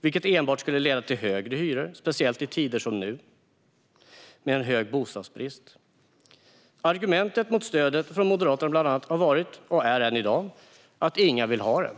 som enbart skulle leda till högre hyror, speciellt i tider som dessa med stor bostadsbrist. Argumentet mot stödet från bland andra Moderaterna har varit att ingen vill ha det.